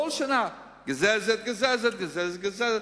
כל שנה: גזזת, גזזת, גזזת, גזזת.